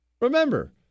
remember